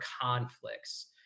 conflicts